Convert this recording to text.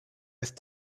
with